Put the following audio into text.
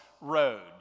road